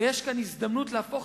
ויש כאן הזדמנות להפוך